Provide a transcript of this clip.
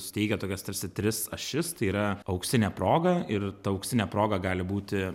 suteikia tokias tarsi tris ašis tai yra auksinė proga ir ta auksinė proga gali būti